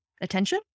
attention